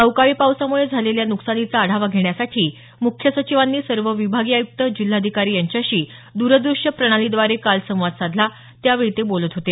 अवकाळी पावसामुळे झालेल्या नुकसानीचा आढावा घेण्यासाठी मुख्य सचिवांनी सर्व विभागीय आयुक्त जिल्हाधिकारी यांच्याशी द्रदृष्य प्रणालीद्वारे काल संवाद साधला त्यावेळी ते बोलत होते